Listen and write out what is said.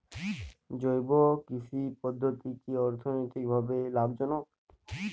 জৈব কৃষি পদ্ধতি কি অর্থনৈতিকভাবে লাভজনক?